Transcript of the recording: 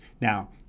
Now